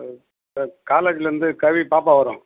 காலேஜிலேந்து கவி பாப்பா வரும்